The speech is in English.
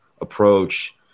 approach